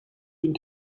going